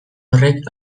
horrek